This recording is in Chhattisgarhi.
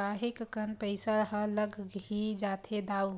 काहेक कन पइसा ह लग ही जाथे दाऊ